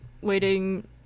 waiting